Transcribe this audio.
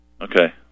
Okay